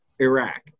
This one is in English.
Iraq